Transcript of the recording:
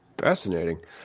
Fascinating